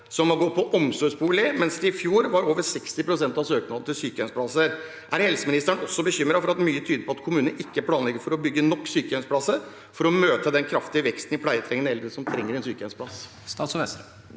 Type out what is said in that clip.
søknader om omsorgsbolig, mens 60 pst. av søknadene i fjor var om sykehjemsplass. Er helseministeren også bekymret for at mye tyder på at kommunene ikke planlegger for å bygge nok sykehjemsplasser for å møte den kraftige veksten i pleietrengende eldre som trenger en sykehjemsplass?